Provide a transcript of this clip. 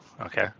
okay